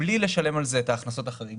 בלי לשלם על זה את ההכנסות החריגות.